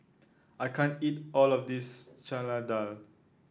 I can't eat all of this Chana Dal